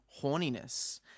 horniness